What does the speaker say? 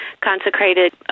consecrated